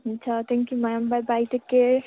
हुन्छ thank you ma'am bye bye take care